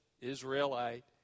Israelite